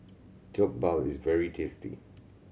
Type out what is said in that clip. Jokbal is very tasty